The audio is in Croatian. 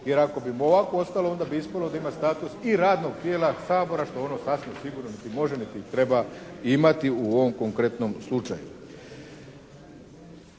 jer ako bi mu ovako ostalo onda bi ispalo da ima status i radnog tijela Sabora što ono sasvim sigurno niti može niti treba imati u ovom konkretnom slučaju.